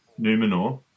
Numenor